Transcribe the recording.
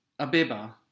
Abeba